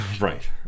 Right